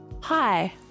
Hi